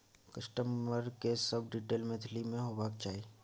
customer के सब detail Maithili में होबाक चाही